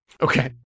Okay